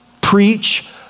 preach